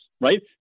right